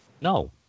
No